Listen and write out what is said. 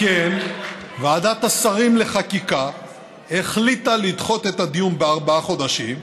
ועדת השרים לחקיקה החליטה לדחות את הדיון בארבעה חודשים,